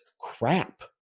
crap